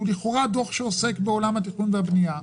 לכאורה הוא דוח שעוסק בעולם התכנון והבנייה,